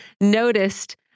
noticed